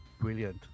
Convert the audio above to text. brilliant